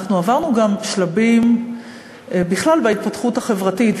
אנחנו עברנו גם שלבים בכלל בהתפתחות החברתית,